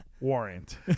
Warrant